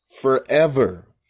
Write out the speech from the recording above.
forever